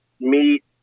meet